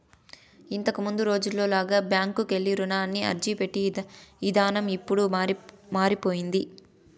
ఇంతకముందు రోజుల్లో లాగా బ్యాంకుకెళ్ళి రుణానికి అర్జీపెట్టే ఇదానం ఇప్పుడు మారిపొయ్యింది